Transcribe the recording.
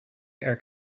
air